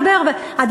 חברי חברי הכנסת,